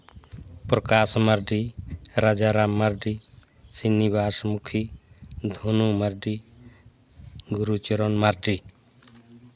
Prakash Mardi Rajaram Mardi Srinivas Mukhi Dhonu Mardi Guru Charan Mardi